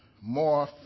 more